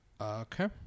Okay